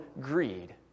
greed